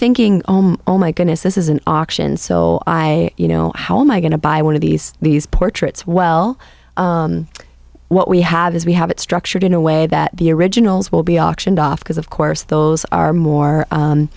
thinking oh my goodness this is an auction so i you know how am i going to buy one of these these portraits well what we have is we have it structured in a way that the originals will be auctioned off because of course those are more